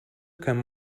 kann